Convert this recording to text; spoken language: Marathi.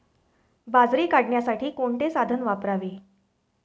बाजरी काढण्यासाठी कोणते साधन वापरावे?